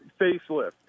facelift